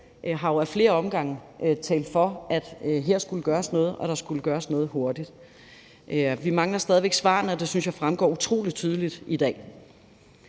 selv ad flere omgange har talt for, at der her skulle gøres noget, og at der skulle gøres noget hurtigt, og vi mangler stadig væk svarene, og det synes jeg fremgår utrolig tydeligt i dag.